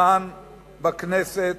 כאן בכנסת